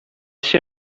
się